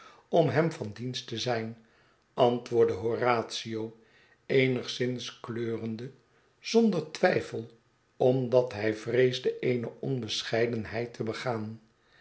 om hem van dienst te zijn antwoordde horatio eenigszins kleurende zonder twijfel omdat hij vreesde eene onbescheidenheid te begaan